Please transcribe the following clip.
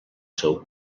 seu